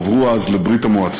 חברו אז לברית-המועצות,